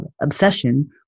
obsession